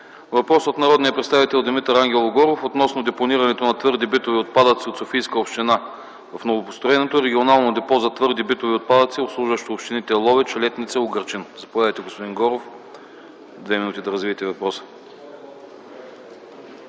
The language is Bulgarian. Въпрос от народния представител Димитър Ангелов Горов относно депонирането на твърди битови отпадъци от Софийска община в новопостроеното регионално депо за твърди битови отпадъци, обслужващо общините Ловеч, Летница и Угърчин. Заповядайте, господин Горов, за да развиете въпроса.